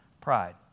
pride